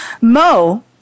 Mo